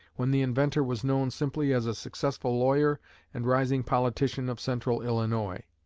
when the inventor was known simply as a successful lawyer and rising politician of central illinois.